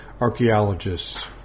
archaeologists